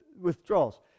Withdrawals